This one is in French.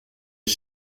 est